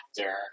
actor